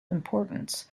importance